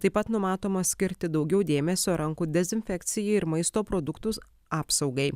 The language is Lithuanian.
taip pat numatoma skirti daugiau dėmesio rankų dezinfekcijai ir maisto produktus apsaugai